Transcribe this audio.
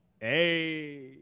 Hey